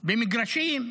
במגרשים,